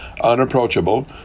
unapproachable